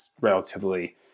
relatively